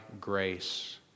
grace